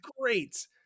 great